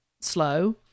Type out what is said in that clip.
slow